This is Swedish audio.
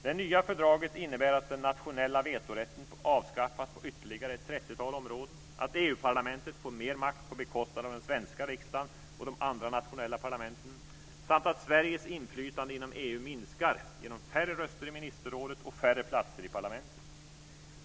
Det nya fördraget innebär att den nationella vetorätten avskaffas på ytterligare ett trettiotal områden, att EU-parlamentet får mer makt på bekostnad av den svenska riksdagen och de andra nationella parlamenten samt att Sveriges inflytande inom EU minskar genom färre röster i ministerrådet och färre platser i parlamentet.